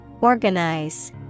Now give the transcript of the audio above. Organize